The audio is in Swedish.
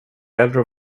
euro